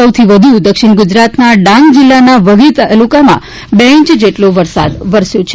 સૌથી વધુ દક્ષિણ ગુજરાતના ડાંગ જીલ્લાના વઘઈ તાલુકામાં બે ઈંચ વરસાદ વરસ્યો છે